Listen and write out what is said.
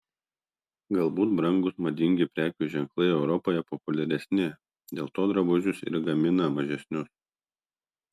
galbūt brangūs madingi prekių ženklai europoje populiaresni dėl to drabužius ir gamina mažesnius